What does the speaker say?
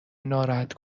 ناراحت